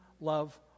love